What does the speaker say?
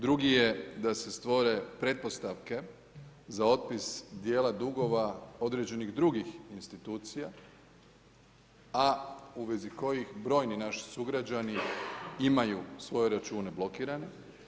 Drugi je da se stvore pretpostavke za otpis dijela dugova određenih drugih institucija, a u vezi kojih brojni naši sugrađani imaju svoje račune blokirane.